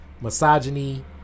misogyny